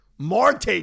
Marte